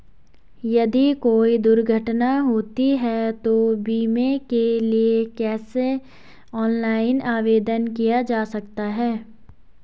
यदि कोई दुर्घटना होती है तो बीमे के लिए कैसे ऑनलाइन आवेदन किया जा सकता है?